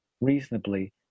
reasonably